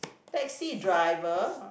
taxi driver